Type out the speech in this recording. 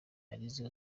arizo